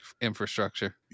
infrastructure